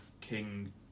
King